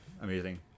amazing